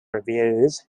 reviews